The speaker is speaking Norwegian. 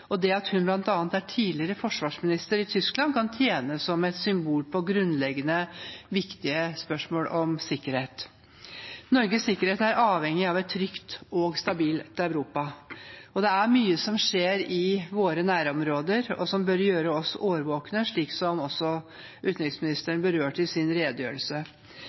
At hun bl.a. er tidligere forsvarsminister i Tyskland, kan tjene som et symbol på grunnleggende og viktige spørsmål om sikkerhet. Norges sikkerhet er avhengig av et trygt og stabilt Europa. Det er mye som skjer i våre nærområder, og som bør gjøre oss årvåkne, noe som også utenriksministeren berørte i sin redegjørelse.